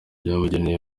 byabugenewe